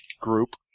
group